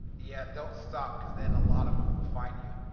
yeah, don't stop, cause then a lot of them will find you.